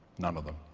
none of them.